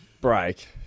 break